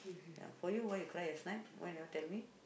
ya for you why you cry last night why never tell me